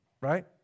right